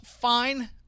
fine